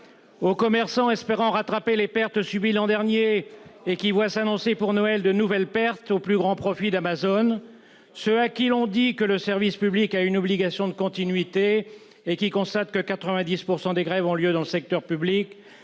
aux commerçants qui espéraient rattraper les pertes subies l'an dernier, mais voient s'annoncer pour Noël de nouvelles pertes, pour le plus grand profit d'Amazon ! Je veux parler de ceux à qui l'on dit que le service public a une obligation de continuité, mais qui constatent que 90 % des grèves ont lieu dans le secteur public,